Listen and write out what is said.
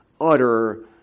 utter